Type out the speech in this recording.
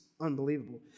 unbelievable